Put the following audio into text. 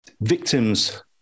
victims